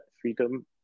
freedom